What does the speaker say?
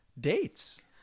dates